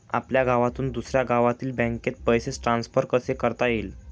आपल्या गावातून दुसऱ्या गावातील बँकेत पैसे ट्रान्सफर कसे करता येतील?